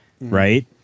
right